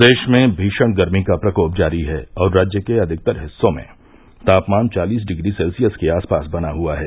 प्रदेश में भीषण गर्मी का प्रकोप जारी है और राज्य के अधिकतर हिस्सों में तापमान चालीस डिग्री सेल्सियस के आसपास बना हुआ है